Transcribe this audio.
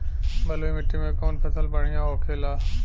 बलुई मिट्टी में कौन फसल बढ़ियां होखे ला?